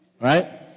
Right